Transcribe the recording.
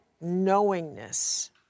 knowingness